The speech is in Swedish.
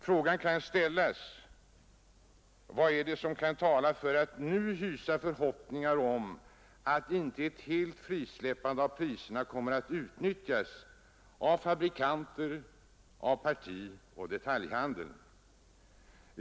Frågan kan ställas. Vad är det som kan tala för att nu hysa förhoppningar om att ett helt frisläppande av priserna inte kommer att utnyttjas av fabrikanter och av partioch detaljhandel?